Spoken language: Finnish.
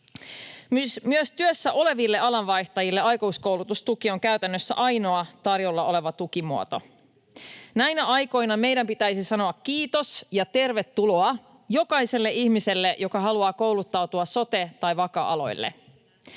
Myös työssä oleville alanvaihtajille aikuiskoulutustuki on käytännössä ainoa tarjolla oleva tukimuoto. Näinä aikoina meidän pitäisi sanoa ”kiitos ja tervetuloa” jokaiselle ihmiselle, joka haluaa kouluttautua sote- tai vaka-aloille.